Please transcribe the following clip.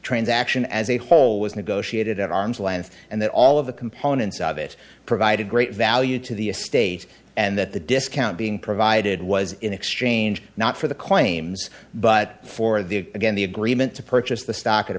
transaction as a whole was negotiated at arm's length and that all of the components of it provided great value to the estate and that the discount being provided was in exchange not for the claims but for the again the agreement to purchase the stock at a